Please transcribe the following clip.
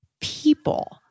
people